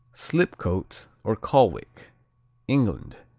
slipcote, or colwick england